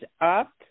up